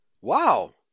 Wow